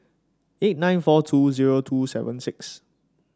eight nine four two zero two seven six